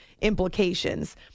implications